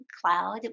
cloud